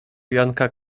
janka